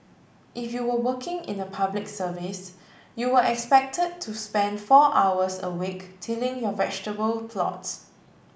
if you were working in the Public Service you were expected to spend four hours a week tilling your vegetable plots